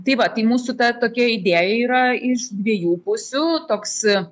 tai va tai mūsų ta tokia idėja yra iš dviejų pusių taks